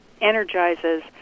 energizes